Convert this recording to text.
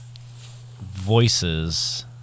voices